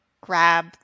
grab